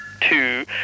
two